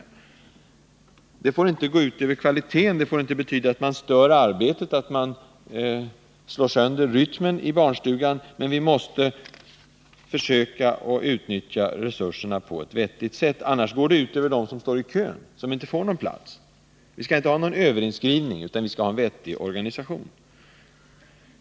En diskussion om utnyttjandet får inte gå ut över kvaliteten, den får inte betyda att man stör arbetet eller slår sönder rytmen i barnstugan — men vi måste försöka utnyttja resurserna på ett vettigt sätt. Annars går det ut över dem som står i kön, som inte får någon plats. Vi skall inte ha någon överinskrivning, utan en vettig organisation.